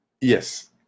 yes